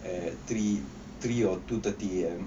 at three three or two thirty A_M